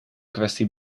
kwestie